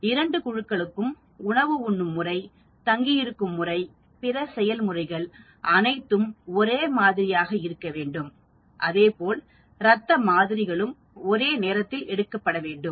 இரண்டு குழுக்களுக்கும் உணவு உண்ணும் முறை தங்கி இருக்கும் முறை பிற செயல் முறைகள் அனைத்தும் ஒரே மாதிரியாக இருக்க வேண்டும் அதேபோல் இரத்த மாதிரிகளும் ஒரே நேரத்தில் எடுக்கப்படவேண்டும்